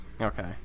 Okay